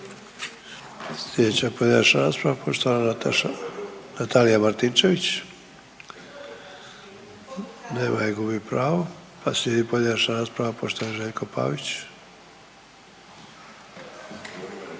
Sljedeća pojedinačna rasprava poštovana Natalija Martinčević. Nema je, gubi pravo. Pa slijedi pojedinačna rasprava poštovani Željko Pavić.